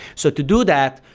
so to do that,